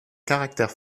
caractère